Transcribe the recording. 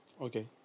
Okay